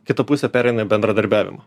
kita pusė pereina į bendradarbiavimą